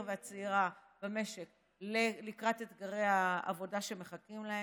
והצעירה במשק לקראת אתגרי העבודה שמחכים להם,